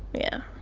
yeah.